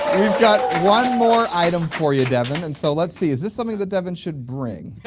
we've got one more item for you devin and so let's see is this something that devin should bring?